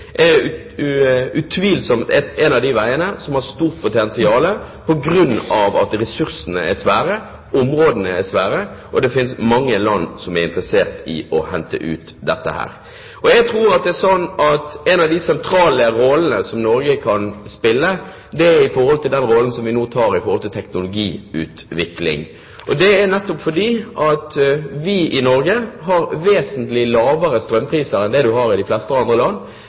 hente ut dette. Jeg tror at en av de sentrale rollene som Norge kan spille, er den rollen som vi nå tar i forhold til teknologiutvikling. Det er nettopp fordi vi i Norge har vesentlig lavere strømpriser enn det en har i de fleste andre land,